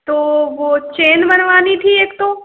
तो वो चैन बनवानी थी एक तो